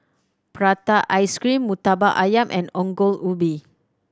prata ice cream Murtabak Ayam and Ongol Ubi